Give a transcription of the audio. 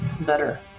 better